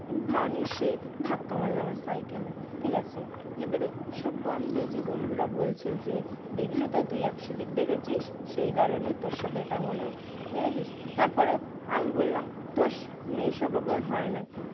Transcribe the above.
van এসে ধাক্কা মারল আমার সাইকেলে ঠিক আছে এবারে সব বান্ধবী বন্ধুরা বলছে যে দেখলি তো তুই একশালিক দেখেছিস সেই কারণে তোর সাথে এটা হলো দেখেছিস তারপরে আমি বললাম ধুস এসব আবার হয় না কি